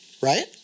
right